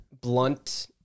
Blunt